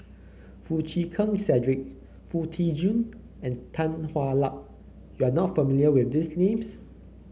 Foo Chee Keng Cedric Foo Tee Jun and Tan Hwa Luck you are not familiar with these names